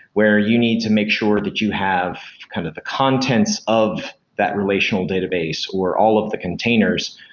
where you need to make sure that you have kind of the contents of that relational database or all of the containers,